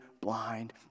blind